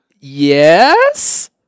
Yes